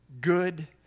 good